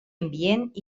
ambient